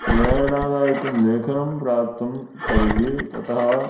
प्रेरणादायकं लेखनं प्राप्तुं तर्हि ततः